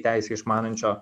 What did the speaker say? teisę išmanančio